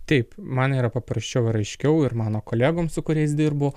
taip man yra paprasčiau ir aiškiau ir mano kolegom su kuriais dirbu